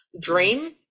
dream